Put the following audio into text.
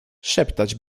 szeptać